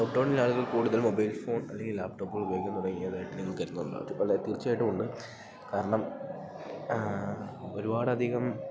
ലോക്ക്ഡൗണിലാളുകൾ കൂടുതൽ mobile phone അല്ലെങ്കിൽ ലാപ്ടോപ്പുകൾ ഉപയോഗിക്കാൻ തുടങ്ങിയതായിട്ട് നിങ്ങൾ കരുതുന്നുണ്ടോ അത് പല തീച്ചയായിട്ടും ഉണ്ട് കാരണം ഒരുപാട് അധികം